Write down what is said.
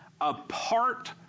apart